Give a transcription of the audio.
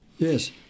Yes